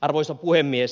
arvoisa puhemies